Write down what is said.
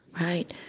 right